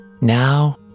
now